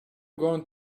going